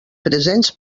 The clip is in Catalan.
presents